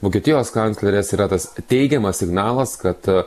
vokietijos kanclerės yra tas teigiamas signalas kad